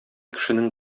кешенең